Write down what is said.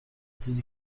چیزی